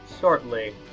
shortly